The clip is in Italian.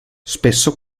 spesso